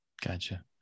Gotcha